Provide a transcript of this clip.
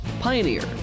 Pioneer